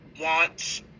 wants